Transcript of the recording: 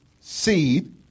Seed